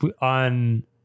on